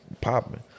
popping